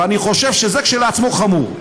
ואני חושב שזה כשלעצמו חמור.